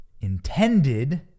intended